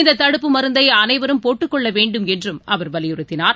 இந்ததடுப்பு மருந்தைஅனைவரும் போட்டுக் கொள்ளவேண்டும் என்றும் அவர் வலியுறுத்தினார்